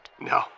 No